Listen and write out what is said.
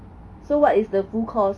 so what is the full course